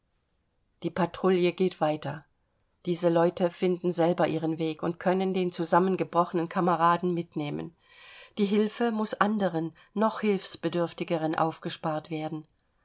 die patrouille geht weiter diese leute finden selber ihren weg und können den zusammengebrochenen kameraden mitnehmen die hilfe muß anderen noch hilfsbedürftigeren aufgespart werden